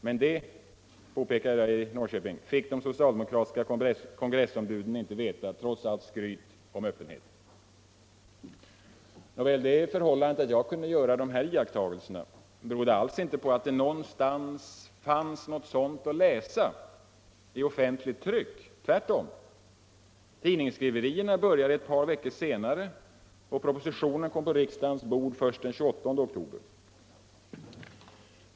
Men det fick de socialdemokratiska kongressombuden inte veta trots allt skryt om ”öppenhet.” Det förhållandet att jag kunde göra dessa iakttagelser berodde alls inte på att det någonstans fanns något sådant att läsa i offentligt tryck. Tvärtom! Ridningsskriverierna började ett par veckor senare, och propositionen kom på riksdagens bord först den 28 oktober 1975.